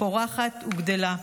פורחת וגדלה.